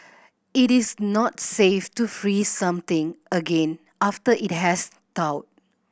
it is not safe to freeze something again after it has thawed